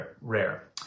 rare